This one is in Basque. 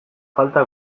falta